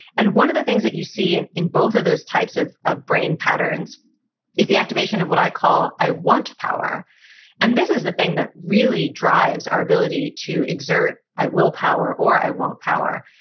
and one of the things that you see in in both of those types of of brain patterns is the activation of what i call, i want power and this is the thing that really drives our ability to exert i will power, or i wont power.